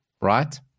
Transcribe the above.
right